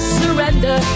surrender